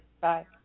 Bye